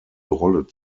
rolle